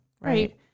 Right